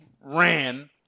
ran